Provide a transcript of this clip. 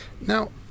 Now